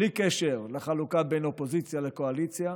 בלי קשר לחלוקה בין אופוזיציה לקואליציה,